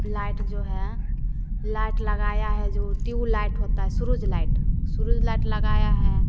light जो है light लगाई है जो ट्यूबलाइट होती है सुरुज लाइट सुरुज लाइट लगाई है